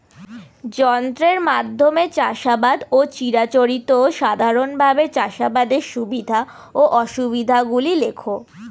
যন্ত্রের মাধ্যমে চাষাবাদ ও চিরাচরিত সাধারণভাবে চাষাবাদের সুবিধা ও অসুবিধা গুলি লেখ?